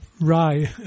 rye